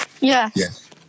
Yes